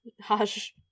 Hush